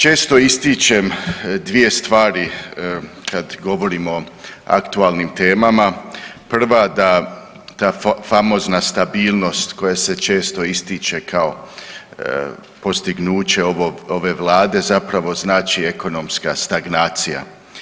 Često ističem dvije stvari kad govorimo o aktualnim temama, prva ta famozna stabilnost koja se često ističe kao postignuće ove Vlade zapravo znači ekonomska stagnacija.